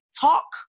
talk